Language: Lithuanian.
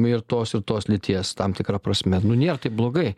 ir tos ir tos lyties tam tikra prasme nu nėr taip blogai